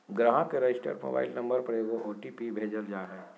ग्राहक के registered mobile number पर एगो ओ.टी.पी भेजल जा हइ